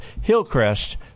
Hillcrest